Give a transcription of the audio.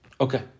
Okay